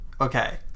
okay